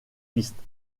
piste